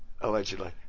allegedly